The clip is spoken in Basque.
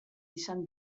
izan